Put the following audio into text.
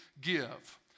give